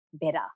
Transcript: better